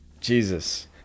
Jesus